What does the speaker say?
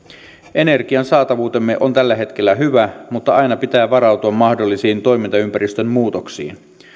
energian saatavuutemme on tällä hetkellä hyvä mutta aina pitää varautua mahdollisiin toimintaympäristön muutoksiin